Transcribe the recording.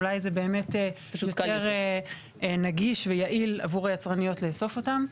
אולי זה באמת יותר נגיש ויעיל עבור היצרניות לאסוף אותם.